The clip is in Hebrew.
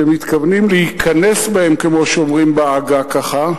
כשמתכוונים "להיכנס בהם", כמו שאומרים בעגה, ככה,